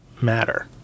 matter